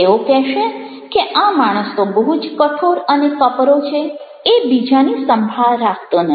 તેઓ કહેશે કે આ માણસ તો બહુ જ કઠોર અને કપરો છે એ બીજાની સંભાળ રાખતો નથી